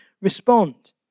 respond